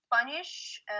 Spanish